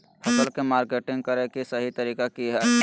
फसल के मार्केटिंग करें कि सही तरीका की हय?